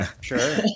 Sure